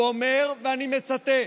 הוא אומר, ואני מצטט: